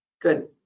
Good